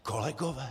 Kolegové!